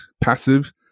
passive